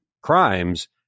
crimes